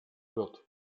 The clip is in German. wird